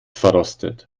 verrostet